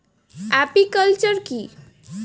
Apiculture কি?